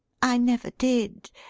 i never did.